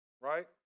right